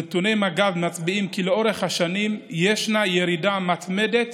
נתוני מג"ב מצביעים כי לאורך השנים ישנה ירידה מתמדת